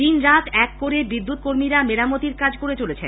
দিনরাত এক করে বিদ্যুৎ কর্মীরা মেরামতির কাজ করে চলছেন